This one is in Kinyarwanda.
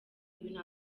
ibintu